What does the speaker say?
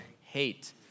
Hate